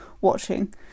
watching